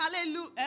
Hallelujah